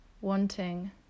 wanting